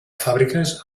fàbriques